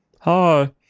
Hi